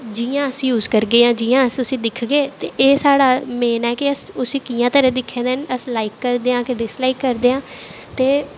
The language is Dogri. जियां अस यूज करगे जां जियां अस उसी दिखगे एह् साढ़ा मेन ऐ कि अस उसी कियां तरह् दिक्खा दे न अस लाइक करदे आं के डिसलाइक करदे आं ते